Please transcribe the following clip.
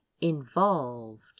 involved